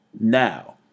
Now